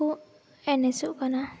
ᱠᱚ ᱮᱱᱮᱡᱚᱜ ᱠᱟᱱᱟ